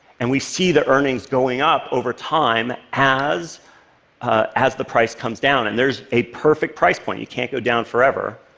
and we see the earnings going up over time as ah as the price comes down. and there's a perfect price point you can't go down forever.